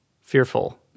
fearful